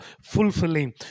fulfilling